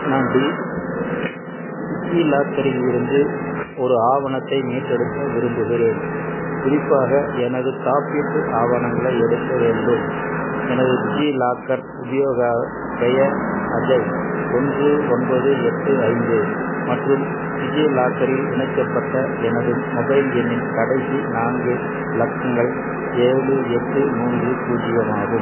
நான் டி டிஜிலாக்கரிலிருந்து ஒரு ஆவணத்தை மீட்டெடுக்க விரும்புகிறேன் குறிப்பாக எனது காப்பீட்டு ஆவணங்களை எடுக்க வேண்டும் எனது டிஜிலாக்கர் உபயோக பெயர் அஜய் ஒன்று ஒன்பது எட்டு ஐந்து மற்றும் டிஜிலாக்கரில் இணைக்கப்பட்ட எனது மொபைல் எண்ணின் கடைசி நான்கு இலக்கங்கள் ஏழு எட்டு மூன்று பூஜ்ஜியம் ஆகும்